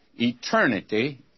Eternity